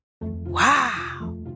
Wow